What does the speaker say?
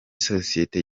sosiyete